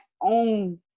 own